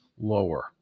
lower